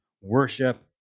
worship